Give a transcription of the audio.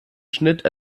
schnitt